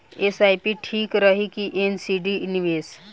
SIP ठीक रही कि एन.सी.डी निवेश?